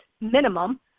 minimum